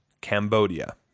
Cambodia